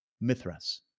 Mithras